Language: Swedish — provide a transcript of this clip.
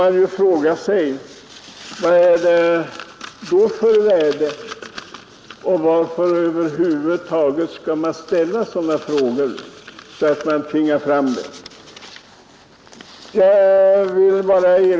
Man måste fråga sig vad det har för värde och varför sådana frågor över huvud taget skall ställas.